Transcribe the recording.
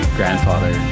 grandfather